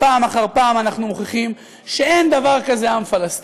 שפעם אחר פעם אנחנו מוכיחים שאין דבר כזה עם פלסטיני.